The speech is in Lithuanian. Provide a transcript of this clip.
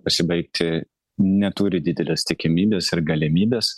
pasibaigti neturi didelės tikimybės ir galimybės